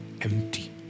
empty